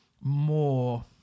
more